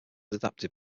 adapted